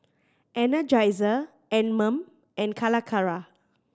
Energizer Anmum and Calacara